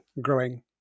growing